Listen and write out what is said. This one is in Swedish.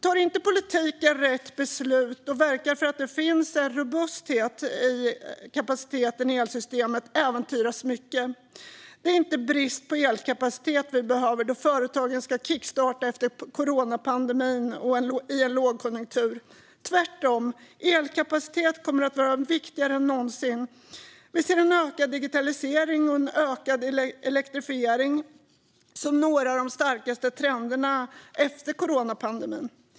Om inte politiken fattar rätt beslut och verkar för att det finns en robusthet i kapaciteten i elsystemet äventyras mycket. Det är inte brist på elkapacitet vi behöver då företagen ska kickstarta efter coronapandemin och i en lågkonjunktur. Tvärtom kommer elkapacitet att vara viktigare än någonsin. Vi ser en ökad digitalisering och en ökad elektrifiering som några av de starkaste trenderna efter coronapandemin.